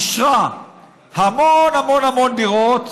היא אישרה המון המון המון דירות,